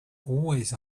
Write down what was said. always